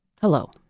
Hello